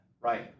Right